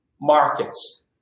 markets